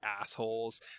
assholes